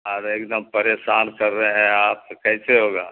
آپ ایک دم پریسان کر رہے ہیں آپ تو کیسے ہوگا